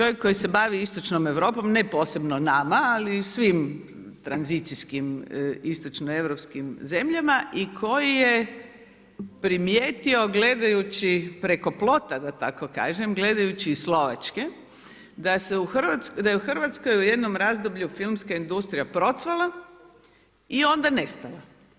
Čovjek koji se bavi istočnom Europom, ne posebno nama, ali svim tranzicijskim istočno europskim zemljama i koji je primijetio gledajući preko plota da tako kažem, gledajući iz Slovačke, da je u Hrvatskoj u jednom razdoblju filmska industrija procvala i onda nestala.